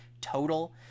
total